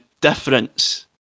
difference